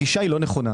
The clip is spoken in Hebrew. הגישה אינה נכונה,